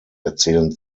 erzählen